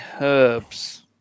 Herbs